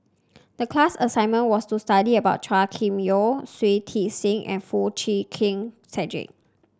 the class assignment was to study about Chua Kim Yeow Shui Tit Sing and Foo Chee Keng Cedric